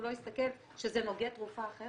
הוא לא הסתכל שזה נוגד תרופה אחרת?